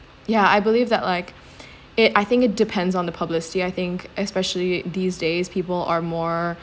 ya I believe that like it I think it depends on the publicity I think especially these days people are more